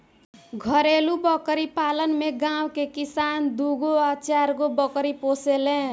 घरेलु बकरी पालन में गांव के किसान दूगो आ चारगो बकरी पोसेले